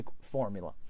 formula